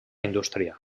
indústria